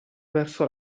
verso